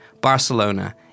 Barcelona